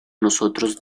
nosotros